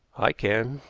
i can,